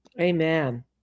Amen